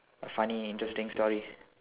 A funny interesting story